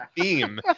theme